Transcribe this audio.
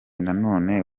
nanone